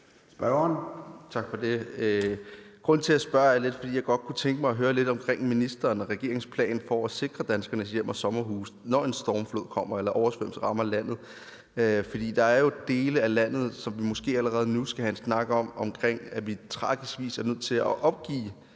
(UFG): Grunden til, at jeg spørger, er, at jeg godt kunne tænke mig at høre lidt om ministeren og regeringens plan for at sikre danskernes hjem og sommerhuse, når en stormflod kommer eller oversvømmelser rammer landet. For der er jo dele af landet, som vi måske allerede nu skal have en snak om, fordi vi på tragisk vis er nødt til at opgive